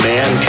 Man